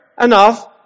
enough